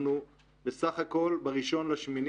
ב-1 באוגוסט,